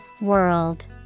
World